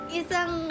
isang